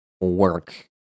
work